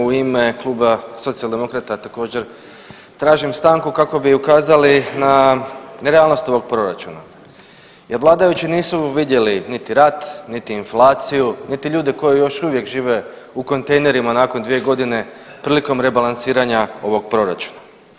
U ime Kluba Socijaldemokrata također tražim stanku kako bi ukazali na nerealnost ovog proračuna jer vladajući nisu vidjeli niti rat, niti inflaciju, niti ljude koji još uvijek žive u kontejnerima nakon 2.g. prilikom rebalansiranja ovog proračuna.